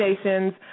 stations